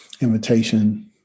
invitation